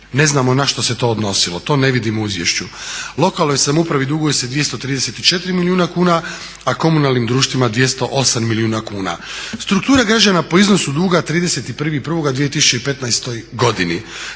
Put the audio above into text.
Ne znamo na što se to odnosilo, to ne vidimo u izvješću. Lokalnoj samoupravi duguje se 234 milijuna kuna a komunalnim društvima 208 milijuna kuna. Struktura građana po iznosu duga 31.1.2015. godini,